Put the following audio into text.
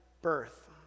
birth